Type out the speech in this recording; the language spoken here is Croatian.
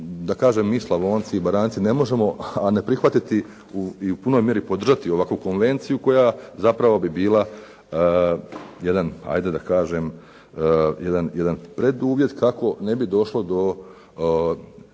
da kažem mi Slavonci i Baranjci ne možemo a ne prihvatiti i u punoj mjeri podržati ovakvu konvenciju koja zapravo bi bila jedan ajde da kažem jedan preduvjet kako ne bi došlo do